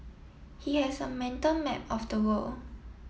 he has a mental map of the world